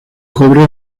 cobre